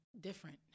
different